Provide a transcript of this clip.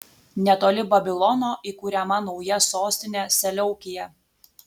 netoli babilono įkuriama nauja sostinė seleukija